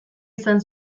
izan